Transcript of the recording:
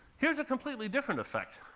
here's a completely different effect.